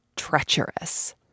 treacherous